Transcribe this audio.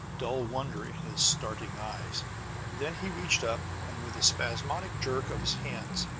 dull wonder in his starting eyes then he reached up, and with a spasmodic jerk of his hands,